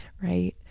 right